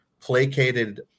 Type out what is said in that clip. placated